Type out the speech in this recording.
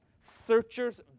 searchers